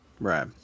Right